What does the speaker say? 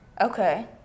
Okay